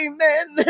Amen